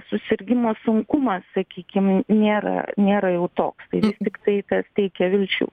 susirgimo sunkumas sakykim nėra nėra jau toks tai vis tiktai tas teikia vilčių